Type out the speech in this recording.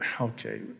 Okay